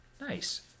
Nice